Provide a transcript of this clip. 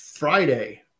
Friday